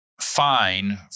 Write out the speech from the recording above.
fine